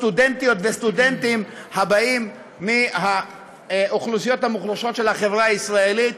סטודנטיות וסטודנטים הבאים מהאוכלוסיות המוחלשות של החברה הישראלית.